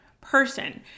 person